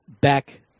back